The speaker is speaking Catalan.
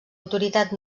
autoritat